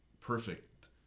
perfect